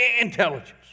intelligence